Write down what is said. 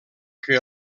que